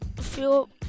feel